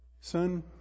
son